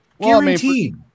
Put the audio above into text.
Guaranteed